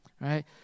right